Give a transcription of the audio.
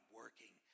working